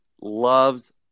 loves